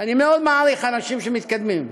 אני מאוד מעריך אנשים שמתקדמים,